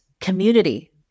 community